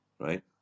right